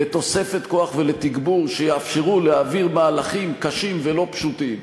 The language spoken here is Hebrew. לתוספת כוח ולתגבור שיאפשרו להעביר מהלכים קשים ולא פשוטים,